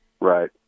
Right